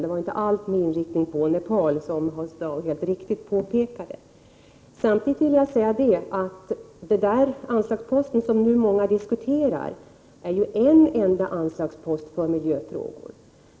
Det var, som Hans Dau helt riktigt påpekade, inte alls med inriktning på Nepal. Samtidigt vill jag säga att den anslagspost som många nu diskuterar är en enda av flera anslagsposter för miljöfrågor.